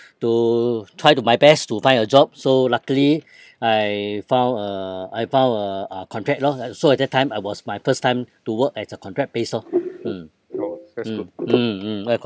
to try to my best to find a job so luckily I found a I found a ah contract lor ah so at that time I was my first time to work as a contract based lor mm mm mm then I got